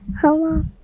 Hello